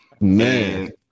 Man